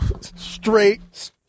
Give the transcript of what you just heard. Straight